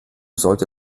sollte